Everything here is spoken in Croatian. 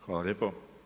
Hvala lijepo.